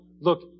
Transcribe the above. look